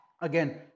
Again